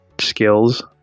skills